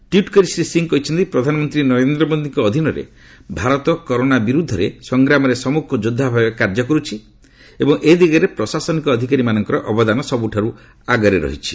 tweet କରି ଶ୍ରୀ ସିଂ କହିଛନ୍ତି ପ୍ରଧାନମନ୍ତ୍ରୀ ନରେନ୍ଦ୍ର ମୋଦୀଙ୍କ ଅଧୀନରେ ଭାରତ କରୋନା ବିରୁଦ୍ଧରେ ସଂଗ୍ରାମରେ ସମ୍ମୁଖ ଯୋଦ୍ଧା ଭାବେ କାର୍ଯ୍ୟ କରୁଛି ଏବଂ ଏ ଦିଗରେ ପ୍ରଶାସନିକ ଅଧିକାରୀମାନଙ୍କର ଅବଦାନ ସବୁଠାରୁ ଆଗରେ ରହିଛି